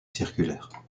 circulaires